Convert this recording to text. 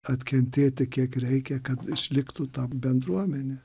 atkentėti kiek reikia kad išliktų ta bendruomenė